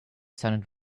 sounded